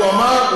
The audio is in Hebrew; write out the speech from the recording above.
אבל הוא אמר,